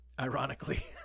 ironically